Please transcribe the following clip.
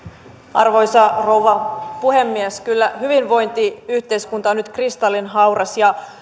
arvoisa rouva puhemies kyllä hyvinvointiyhteiskunta on nyt kristallinhauras ja